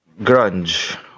grunge